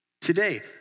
Today